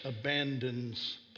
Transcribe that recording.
abandons